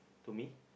to me